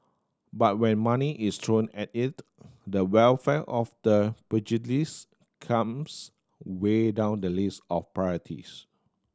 but when money is thrown at it the welfare of the pugilist comes way down the list of priorities